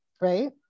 right